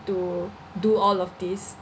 to do all of this